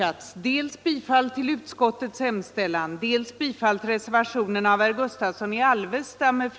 den det ej vill röstar nej.